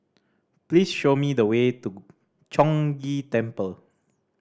please show me the way to Chong Ghee Temple